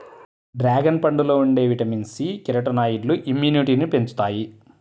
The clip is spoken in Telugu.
డ్రాగన్ పండులో ఉండే విటమిన్ సి, కెరోటినాయిడ్లు ఇమ్యునిటీని పెంచుతాయి